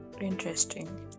interesting